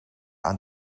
aan